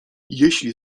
jeśli